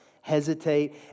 hesitate